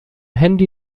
handy